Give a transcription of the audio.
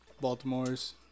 Baltimore's